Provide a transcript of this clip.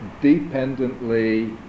dependently